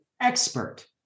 expert